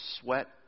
sweat